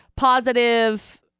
Positive